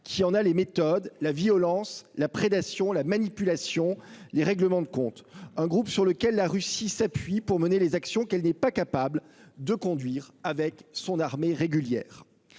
d'organisation- violence, prédation, manipulation, règlements de compte. C'est un groupe sur lequel la Russie s'appuie pour mener les actions qu'elle n'est pas capable de conduire avec son armée régulière.